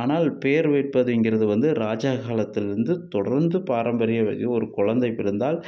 ஆனால் பேர் வைப்பதுங்கிறது வந்து ராஜா காலத்துலேருந்து தொடர்ந்து பாரம்பரிய ஏதோ ஒரு குழந்தை பிறந்தால்